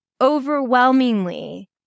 Overwhelmingly